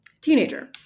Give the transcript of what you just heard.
teenager